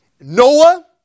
Noah